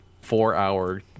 four-hour